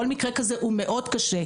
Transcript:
כל מקרה כזה הוא מאוד קשה,